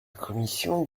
commission